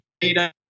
data